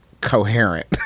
coherent